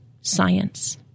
science